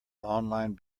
online